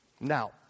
Now